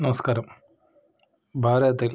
നമസ്കാരം ഭാരതത്തില്